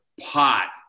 pot